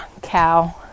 cow